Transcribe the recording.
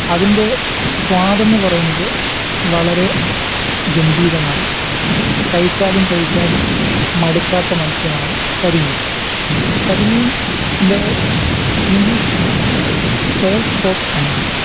അതിൻ്റെ സ്വാദെന്നു പറയുന്നത് വളരെ ഗംഭീരമാണ് കഴിച്ചാലും കഴിച്ചാലും മടുക്കാത്ത മത്സ്യമാണ് കരിമീൻ കരിമീനിൻ്റെ ഇംഗ്ലീഷ് നാമം പേൾസ്പോട്ട് എന്നാണ്